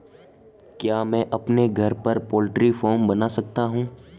क्या मैं अपने घर पर पोल्ट्री फार्म बना सकता हूँ?